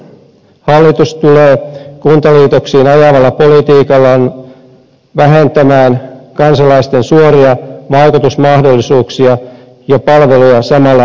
hallitus tulee kuntaliitoksiin ajavalla politiikallaan vähentämään kansalaisten suoria vaikutusmahdollisuuksia ja palveluja samalla rajulla kädellä